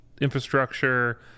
infrastructure